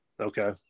Okay